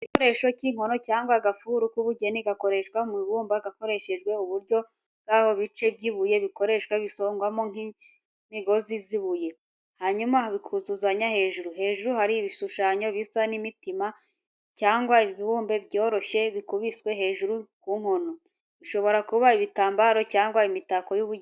Igikoresho cy’inkono cyangwa agafuru k’ubugeni gakorewe mu ibumba hakoreshejwe uburyo bw'aho ibice by’ibuye bikoreshwa bigasongwamo nk’imigozi y’ibuye, hanyuma bikuzuzanya hejuru. Hejuru hariho ibishushanyo bisa n’imitima cyangwa ibibumbe byoroshye bikubiswe hejuru ku nkono, bishobora kuba ibitambaro cyangwa imitako y’ubugeni.